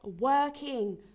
working